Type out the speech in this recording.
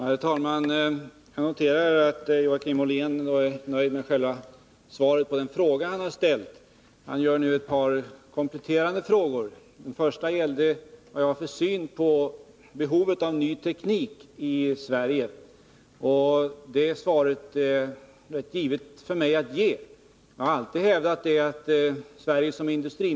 Herr talman! När det gäller synen på den tekniska utvecklingen kan jag bara med tillfredsställelse, som det brukar heta, konstatera att budgetministern och jag är fullständigt överens. Vi är också överens i den del där budgetministern säger att det kan finnas problem med det här.